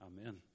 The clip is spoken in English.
Amen